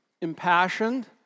impassioned